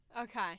Okay